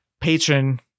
Patron